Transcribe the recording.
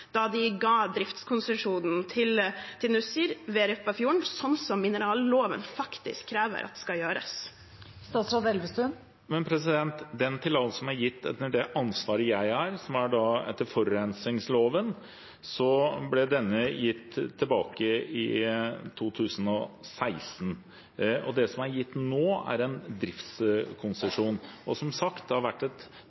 da de ga driftskonsesjonen til Nussir ved Repparfjorden, som mineralloven faktisk krever at skal gjøres? Den tillatelsen som er gitt under det ansvaret jeg har etter forurensingsloven, ble gitt i 2016. Det som er gitt nå, er en driftskonsesjon. Som sagt: Dette har vært oppe i Stortinget, og det er et bredt flertall som